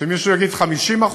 מישהו יגיד 50%?